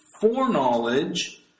foreknowledge